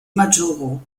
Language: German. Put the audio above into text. majuro